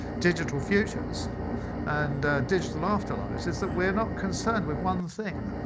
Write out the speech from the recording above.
digital futures and digital afterlives is that we're not concerned with one thing.